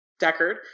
Deckard